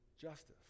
justice